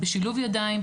בשילוב ידיים,